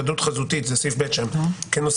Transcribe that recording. סדר הדין הפלילי (היוועדות חזותית) (הוראת שעה) (תיקון